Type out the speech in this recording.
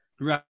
Right